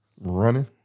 running